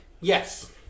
Yes